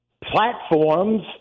platforms